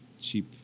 cheap